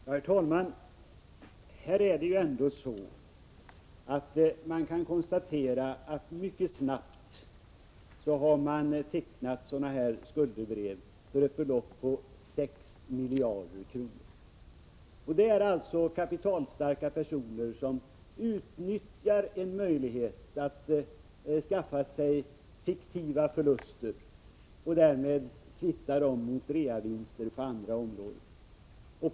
Herr talman! Det är ju ändå så att man mycket snabbt tecknat sådana här skuldebrev på ett belopp om 6 miljarder kronor. Det är alltså kapitalstarka personer som utnyttjar en möjlighet att skaffa sig fiktiva förluster, mot vilka de kan kvitta reavinster på andra områden.